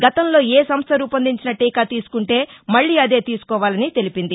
గతంలో ఏ సంస్ట రూపొందించిన టీకా తీసుకుంటే మల్లీ అదే తీసుకోవాలని తెలిపింది